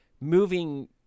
moving